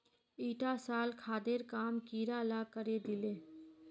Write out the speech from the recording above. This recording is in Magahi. ईटा साल खादेर काम कीड़ा ला करे दिले